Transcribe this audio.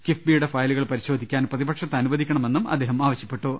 കിഫ്ബിയുടെ ഫയലുകൾ പരിശോധിക്കാൻ പ്രതിപക്ഷത്തെ അനുവദിക്കണമെന്നും അദ്ദേഹം ആവശ്യപ്പെട്ടു